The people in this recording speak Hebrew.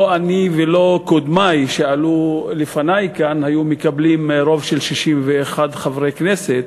לא אני ולא קודמי שעלו לפני כאן היו מקבלים רוב של 61 חברי כנסת